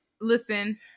listen